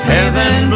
Heaven